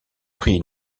pris